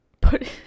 put